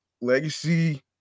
Legacy